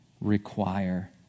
require